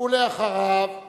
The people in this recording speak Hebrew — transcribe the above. אחריו,